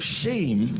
shame